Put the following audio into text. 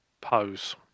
Pose